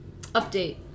Update